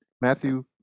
Matthew